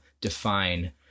define